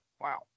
wow